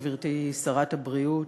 גברתי שרת הבריאות,